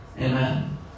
Amen